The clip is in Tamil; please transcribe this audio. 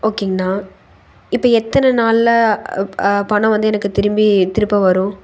ஓகேங்கண்ணா இப்போ எத்தனை நாளில் பணம் வந்து எனக்கு திரும்பி திருப்ப வரும்